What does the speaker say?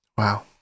Wow